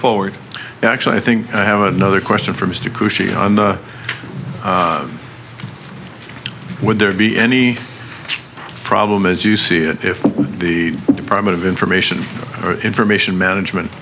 forward actually i think i have another question for mr khushi on the would there be any problem as you see it if the department of information or information management